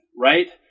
right